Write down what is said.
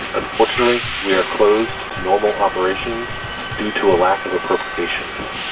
unfortunately, we are closed to normal operations due to a lack of appropriations